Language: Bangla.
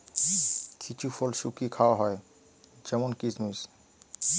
কিছু ফল শুকিয়ে খাওয়া হয় যেমন কিসমিস